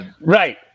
right